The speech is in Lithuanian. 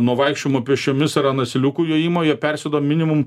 nuo vaikščiojimo pėsčiomis ar an asiliukų jojimo jie persėdo minimum